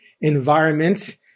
environment